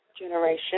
generation